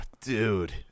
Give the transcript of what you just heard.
dude